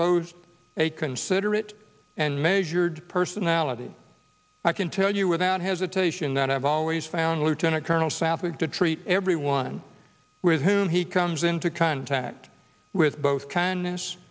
both a considerate and measured personality i can tell you without hesitation that i've always found lieutenant colonel sapphic to treat everyone with whom he comes into contact with both